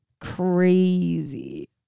crazy